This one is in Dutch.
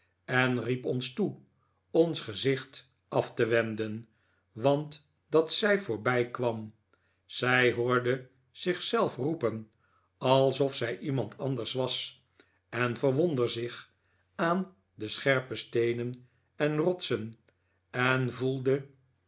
en riep ons toe ons gezicht af te wenden want dat zij voorbijkwam zij hoorde zich zelf roepen alsof zij iemand anders was en verwondde zich aan de scherpe steenen en rotsen en voelde